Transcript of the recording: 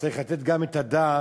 צריך לתת את הדעת,